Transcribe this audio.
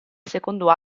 secondo